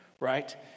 Right